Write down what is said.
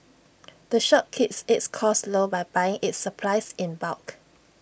the shop keeps its costs low by buying its supplies in bulk